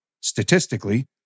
statistically